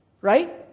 right